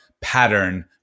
pattern